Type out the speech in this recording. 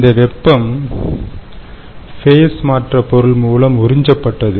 இந்த வெப்பம் ஃபேஸ் மாற்ற பொருள் மூலம் உறிஞ்சப்பட்டது